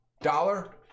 dollar